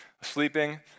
sleeping